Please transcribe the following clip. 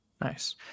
Nice